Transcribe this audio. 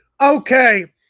Okay